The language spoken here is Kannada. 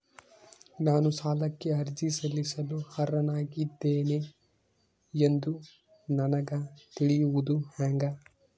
ನಾನು ಸಾಲಕ್ಕೆ ಅರ್ಜಿ ಸಲ್ಲಿಸಲು ಅರ್ಹನಾಗಿದ್ದೇನೆ ಎಂದು ನನಗ ತಿಳಿಯುವುದು ಹೆಂಗ?